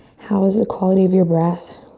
how is the quality of your breath.